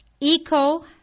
eco